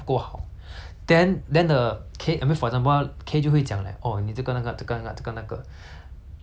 K 就会讲 like oh 你这个那个这个那这个那个但是 hor 你问的问题 hor 不是说